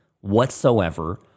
whatsoever